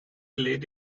led